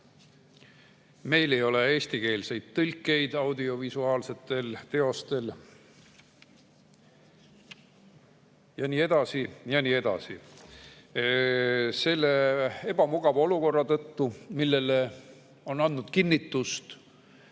meil ei ole eestikeelseid tõlkeid audiovisuaalsetel teostel ja nii edasi ja nii edasi. Selle ebamugava olukorra tõttu, millele on andnud kinnitust